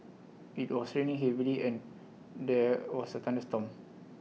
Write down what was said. IT was raining heavily and there was A thunderstorm